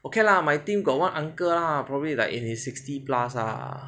okay lah my team got one uncle lah probably like in his sixty plus ah